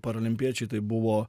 parolimpiečiai tai buvo